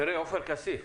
תראה, עופר כסיף,